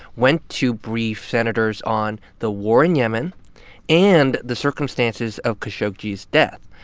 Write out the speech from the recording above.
went to brief senators on the war in yemen and the circumstances of khashoggi's death.